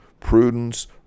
prudence